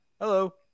Hello